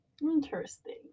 Interesting